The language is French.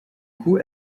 coup